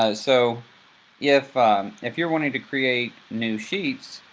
ah so if if you're wanting to create new sheets,